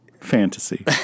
fantasy